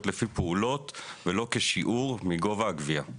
לפי פעולות ולא כשיעור מגובה הגבייה.